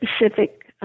specific